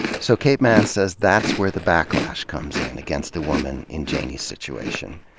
so kate manne says that's where the backlash comes in against a woman in janey's situation.